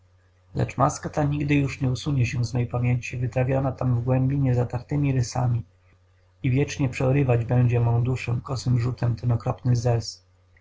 lecz maska ta nigdy już nie usunie się z mej pamięci wytrawiona tam w głębi niezatartymi rysami i wiecznie przeorywać będzie mą duszę kosym rzutem ten okropny